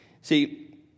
See